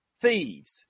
thieves